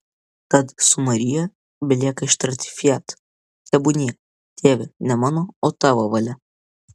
tad su marija belieka ištarti fiat tebūnie tėve ne mano o tavo valia